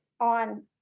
on